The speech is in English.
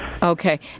Okay